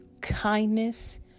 kindness